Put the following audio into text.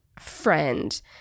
friend